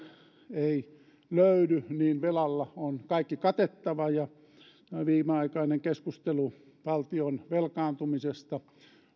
ei löydy niin velalla on kaikki katettava tämä viimeaikainen keskustelu valtion velkaantumisesta